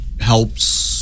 helps